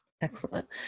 Excellent